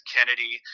Kennedy